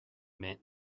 mint